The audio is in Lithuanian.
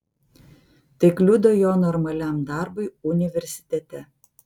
tai kliudo jo normaliam darbui universitete